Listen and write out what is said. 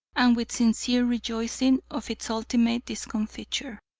and with sincere rejoicing of its ultimate discomfiture.